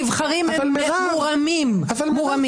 ונבחרים הם מורמים מעם?